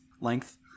length